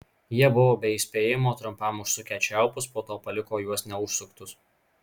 jie buvo be įspėjimo trumpam užsukę čiaupus po to paliko juos neužsuktus